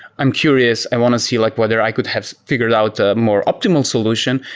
i'm curious. i want to see like whether i could have figured out a more optimal solution,